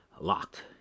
locked